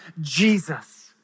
Jesus